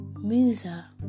Musa